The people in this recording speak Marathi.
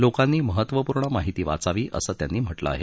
लोकांनी महत्त्वपूर्ण माहिती वाचावी असं त्यांनी म्हटलं आहे